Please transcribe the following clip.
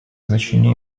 значение